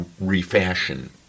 refashion